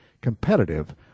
competitive